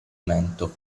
mento